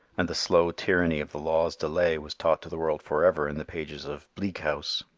and the slow tyranny of the law's delay was taught to the world for ever in the pages of bleak house.